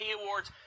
awards